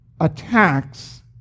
attacks